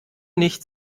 nicht